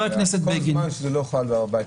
כל זמן שזה לא חל בהר הבית,